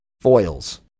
Foils